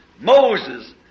Moses